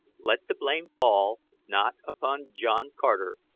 let the blame fall not upon john carter,